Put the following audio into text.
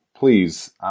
please